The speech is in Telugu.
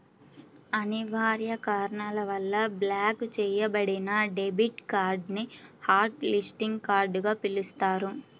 అనివార్య కారణాల వల్ల బ్లాక్ చెయ్యబడిన డెబిట్ కార్డ్ ని హాట్ లిస్టింగ్ కార్డ్ గా పిలుస్తారు